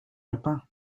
alpins